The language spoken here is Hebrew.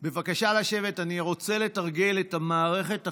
לשבת, אני רוצה לתרגל את המערכת החדשה.